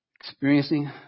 Experiencing